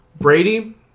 Brady